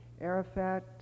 Arafat